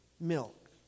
milk